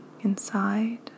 inside